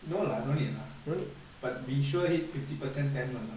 no lah no need lah but we sure hit fifty percent tamil lah